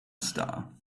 star